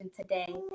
today